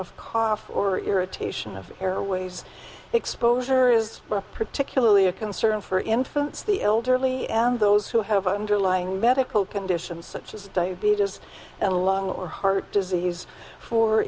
of cough or irritation of airways exposure is particularly a concern for infants the elderly and those who have underlying medical conditions such as diabetes and lung or heart disease for